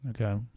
Okay